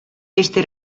este